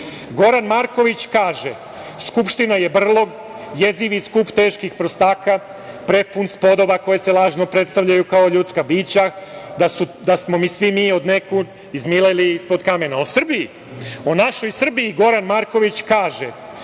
Goran Marković kaže - Skupština je brlog, jezivi skup teških prostaka prepun spodoba koje se lažno predstavljaju kao ljudska bića, da smo svi mi od nekud izmileli ispod kamena.O Srbiji, o našoj Srbiji Goran Marković kaže